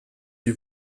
die